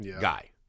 guy